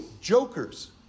jokers